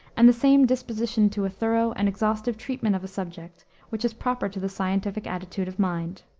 and the same disposition to a thorough and exhaustive treatment of a subject which is proper to the scientific attitude of mind.